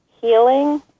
healing